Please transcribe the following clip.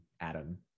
Adam